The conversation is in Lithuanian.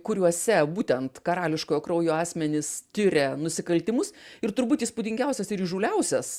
kuriuose būtent karališko kraujo asmenys tiria nusikaltimus ir turbūt įspūdingiausias ir įžūliausias